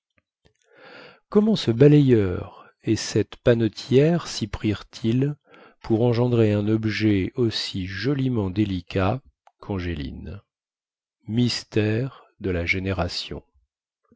comment ce balayeur et cette panetière sy prirent ils pour engendrer un objet aussi joliment délicat quangéline mystère de la génération